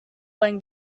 when